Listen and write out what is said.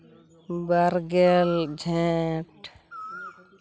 ᱵᱟᱨᱜᱮᱞ ᱡᱷᱮᱸᱴ